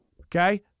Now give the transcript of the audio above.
Okay